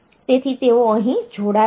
તેથી તેઓ અહીં જોડાયેલા છે